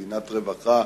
מדינת רווחה,